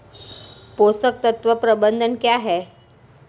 पोषक तत्व प्रबंधन क्या है?